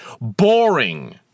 boring